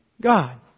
God